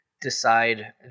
decide